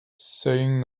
saying